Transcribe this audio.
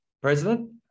president